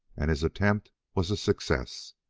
and his attempt was a success.